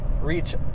reach